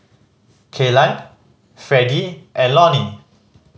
Kaylan Freddie and Lonie